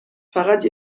فقط